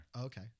Okay